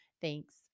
thanks